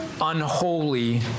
unholy